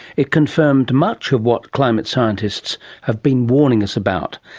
it confirmed much of what climate scientists have been warning us about.